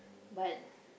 but